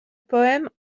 poèmes